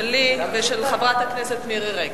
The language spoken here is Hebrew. שלי ושל חברת הכנסת מירי רגב.